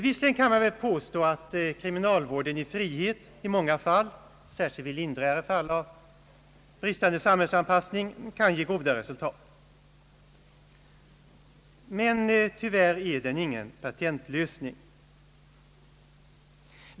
Visserligen kan man påstå att kriminalvården i frihet i många fall — särskilt vid lindrigare fall av bristande samhällsanpassning — kan ge goda resultat, men tyvärr är den ingen patentlösning.